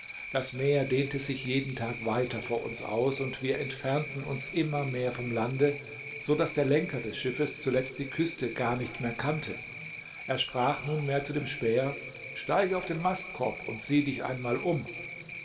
das meer dehnte sich jeden tag weiter vor uns aus und wir entfernten uns immer mehr vom lande so daß der lenker des schiffes zuletzt die küste gar nicht mehr kannte er sprach nunmehr zu dem späher steige auf den mastkorb und sieh dich einmal um